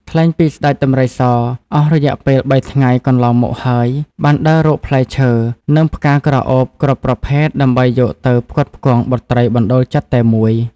ថ្លែងពីស្តេចដំរីស អស់រយៈពេលបីថ្ងៃកន្លងមកហើយ បានដើររកផ្លែឈើ និងផ្កាក្រអូបគ្រប់ប្រភេទដើម្បីយកទៅផ្គត់ផ្គង់បុត្រីបណ្តូលចិត្តតែមួយ ។